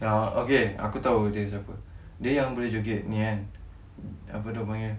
yang okay aku tahu dia siapa dia yang boleh joget yang ni kan apa diorang panggil